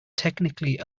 technically